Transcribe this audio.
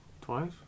twice